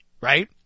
right